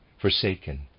forsaken